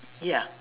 ya